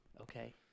Okay